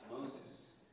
Moses